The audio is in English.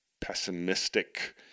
pessimistic